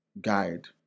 guide